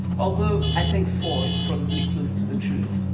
although i think four is probably close to the truth.